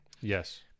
Yes